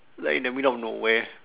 like in the middle of nowhere